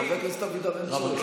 חבר הכנסת אבידר, אין צורך.